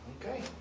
Okay